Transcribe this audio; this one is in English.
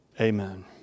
Amen